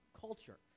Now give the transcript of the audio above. culture